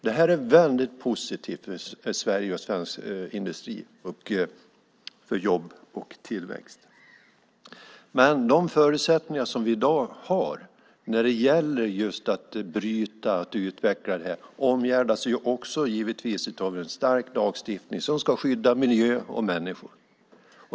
Det är väldigt positivt för Sverige och svensk industri, för jobb och tillväxt. De förutsättningar som vi i dag har när det gäller att bryta och utveckla detta omgärdas naturligtvis av en stark lagstiftning som ska skydda miljö och människor.